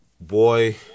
boy